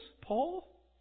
Paul